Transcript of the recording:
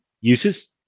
uses